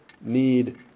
need